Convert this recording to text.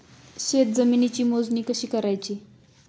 शेत जमिनीची मोजणी कशी करायची?